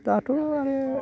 दाथ' आरो